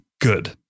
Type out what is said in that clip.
Good